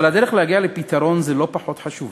אבל הדרך להגיע לפתרון זה לא פחות חשובה.